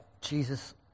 Jesus